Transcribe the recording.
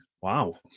Wow